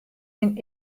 syn